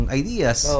ideas